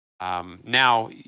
Now